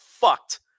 fucked